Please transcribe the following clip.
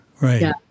right